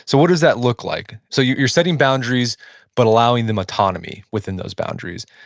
so what does that look like? so you're you're setting boundaries but allowing them autonomy within those boundaries.